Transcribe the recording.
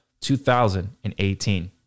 2018